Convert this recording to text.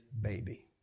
baby